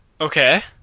Okay